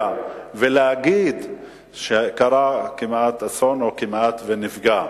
ולהגיד שקרה כמעט אסון או כמעט מפגע.